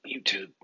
YouTube